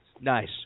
Nice